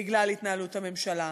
בגלל התנהלות הממשלה,